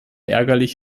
ärgerlich